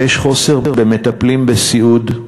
ויש חוסר במטפלים בסיעוד,